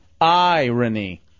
irony